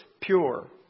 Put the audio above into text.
pure